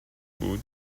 بود